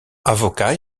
avocat